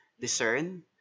discern